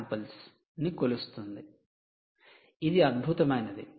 samples' 'ADC' samples ను కొలుస్తుంది ఇది అద్భుతమైనది